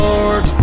Lord